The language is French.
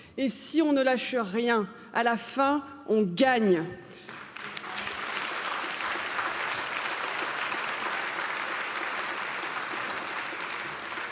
et si on ne lâche rien à la fin on gagne